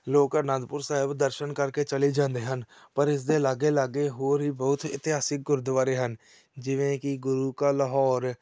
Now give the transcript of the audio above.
ਲੋਕ ਅਨੰਦਪੁਰ ਸਾਹਿਬ ਦਰਸ਼ਨ ਕਰਕੇ ਚਲੇ ਜਾਂਦੇ ਹਨ ਪਰ ਇਸਦੇ ਲਾਗੇ ਲਾਗੇ ਹੋਰ ਹੀ ਬਹੁਤ ਇਤਿਹਾਸਿਕ ਗੁਰਦੁਆਰੇ ਹਨ ਜਿਵੇਂ ਕਿ ਗੁਰੂ ਕਾ ਲਾਹੌਰ